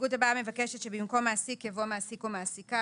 ההסתייגות הבאה מבקשת שבמקום "מעסיק" יבוא מעסיק או מעסיקה.